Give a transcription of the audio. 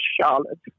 Charlotte